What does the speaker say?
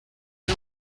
bwe